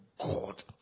God